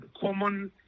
common